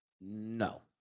No